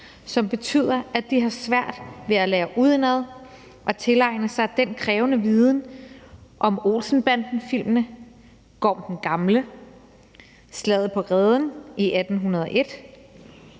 betyder, at de har svært ved at lære udenad og tilegne sig den krævende viden om Olsen-banden-filmene, Gorm den Gamle og Slaget på Reden i 1801.